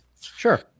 Sure